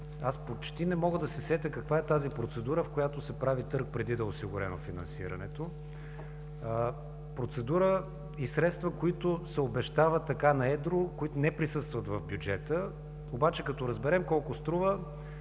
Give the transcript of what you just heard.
Аз почти не мога да се сетя каква е тази процедура, в която се прави търг преди да е осигурено финансирането. Процедура и средства, които се обещават така, на едро, които не присъстват в бюджета, обаче като разберем колко струва,